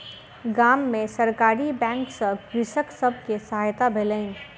गाम में सरकारी बैंक सॅ कृषक सब के सहायता भेलैन